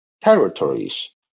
territories